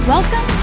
Welcome